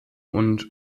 und